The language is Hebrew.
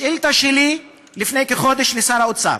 בשאילתה שלי לפני כחודש לשר האוצר,